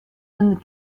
zijn